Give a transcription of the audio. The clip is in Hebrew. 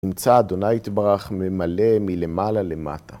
נמצא ה' יתברך ממלא מלמעלה למטה.